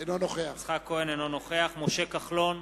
אינו נוכח משה כחלון,